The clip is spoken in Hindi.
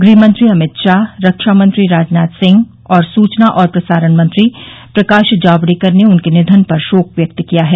गृह मंत्री अमित शाह रक्षा मंत्री राजनाथ सिंह और सूचना और प्रसारण मंत्री प्रकाश जावड़ेकर ने उनके निधन पर शोक व्यक्त किया है